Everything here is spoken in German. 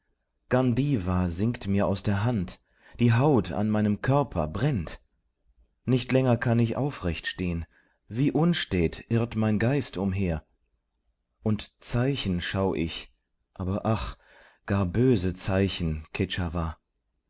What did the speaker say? gndva sinkt mir aus der hand die haut an meinem körper brennt nicht länger kann ich aufrecht stehn wie unstät irrt mein geist umher und zeichen schau ich aber ach gar böse zeichen